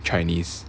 chinese